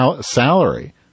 salary